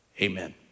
Amen